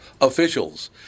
Officials